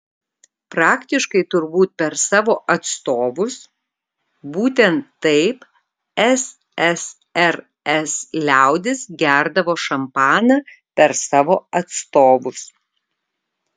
praktiškai turbūt per savo atstovus būtent taip ssrs liaudis gerdavo šampaną per savo atstovus